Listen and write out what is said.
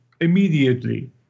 immediately